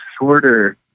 shorter